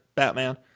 batman